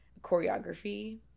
choreography